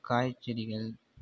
காய் செடிகள்